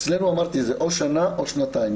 אצלנו אמרתי, זה או שנה או שתיים.